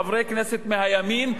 חברי כנסת מהימין,